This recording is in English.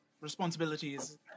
responsibilities